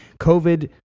COVID